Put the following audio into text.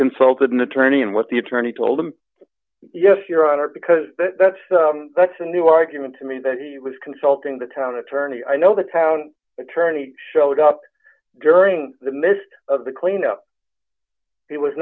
consulted an attorney and what the attorney told him yes your honor because that's that's a new argument to me that he was consulting the town attorney i know the town attorney showed up during the midst of the cleanup he was